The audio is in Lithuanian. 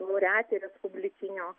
laureatė respublikinio